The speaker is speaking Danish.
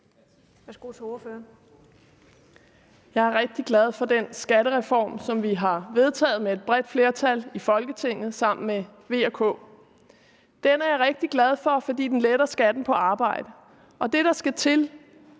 Jeg er rigtig glad for den skattereform, som vi har vedtaget med et bredt flertal i Folketinget, nemlig sammen med V og K. Den er jeg rigtig glad for, fordi den letter skatten på arbejde, og det, der skal til